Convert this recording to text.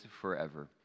forever